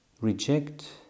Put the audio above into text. reject